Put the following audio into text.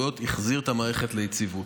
קשקוש בלבוש.